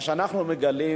מה שאנחנו מגלים,